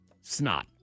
Snot